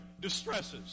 distresses